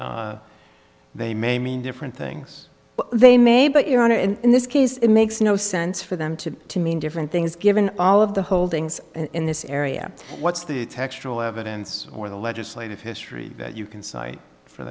that they may mean different things they may but your honor and in this case it makes no sense for them to mean different things given all of the holdings in this area what's the textual evidence or the legislative history you can cite for